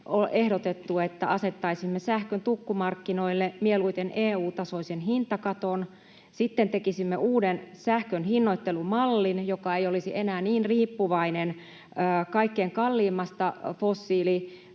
ehdotettu, että asettaisimme sähkön tukkumarkkinoille mieluiten EU-tasoisen hintakaton, sitten tekisimme uuden sähkön hinnoittelumallin, joka ei olisi enää niin riippuvainen kaikkein kalleimmasta